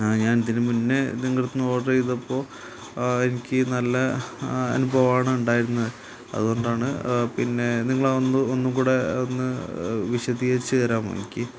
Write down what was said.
ആ ഞാനിതിന് മുന്നെ നിങ്ങളുടെ അടുത്തുനിന്ന് ഓഡർ ചെയ്തപ്പോൾ എനിക്ക് നല്ല അനുഭവമാണ് ഉണ്ടായിരുന്നത് അതുകൊണ്ടാണ് പിന്നെ നിങ്ങളതൊന്ന് ഒന്നുങ്കൂടെ ഒന്ന് വിശദീകരിച്ച് തരാമോ എനിക്ക്